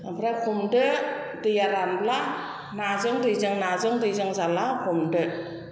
ओमफ्राय हमदो दैया रानब्ला नाजों दैजों नाजों दैजों जाला हमदो